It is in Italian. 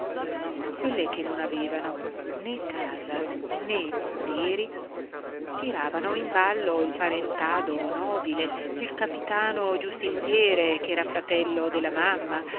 quelle che non avevano né casa né poderi tiravano in ballo il parentado nobile il capitano giustiziere ch'era fratello della mamma